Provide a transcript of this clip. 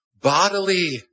bodily